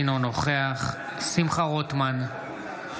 אינו נוכח שמחה רוטמן,